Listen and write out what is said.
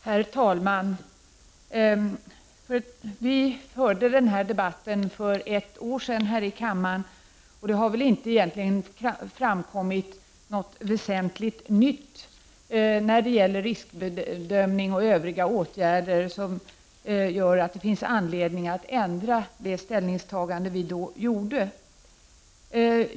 Herr talman! Vi förde denna debatt för ett år sedan här i kammaren, och 15 november 1989 det har egentligen inte framkommit något väsentligt nytt när det gäller tisk VA bedömning och övriga åtgärder som ger anledning att ändra det ställningstagande som vi då gjorde.